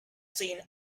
seen